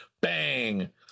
bang